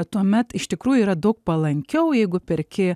tuomet iš tikrųjų yra daug palankiau jeigu perki